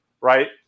right